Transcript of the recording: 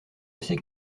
sais